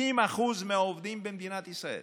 70% מהעובדים במדינת ישראל